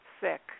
sick